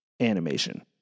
animation